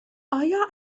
آیا